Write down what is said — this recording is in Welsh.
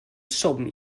swm